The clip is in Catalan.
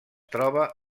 troba